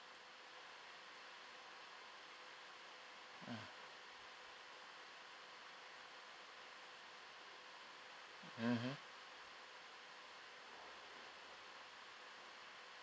mm mmhmm